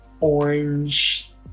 orange